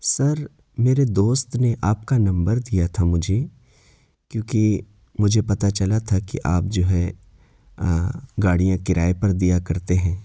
سر میرے دوست نے آپ کا نمبر دیا تھا مجھے کیونکہ مجھے پتہ چلا تھا کہ آپ جو ہے گاڑیاں کرائے پر دیا کرتے ہیں